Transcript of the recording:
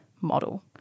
model